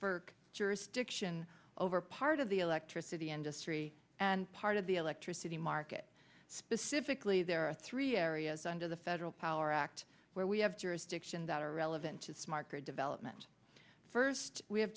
for jurisdiction over part of the electricity industry and part of the electricity market specifically there are three areas under the federal power act where we have jurisdiction that are relevant to smart grid development first we have